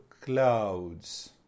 clouds